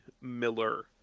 Miller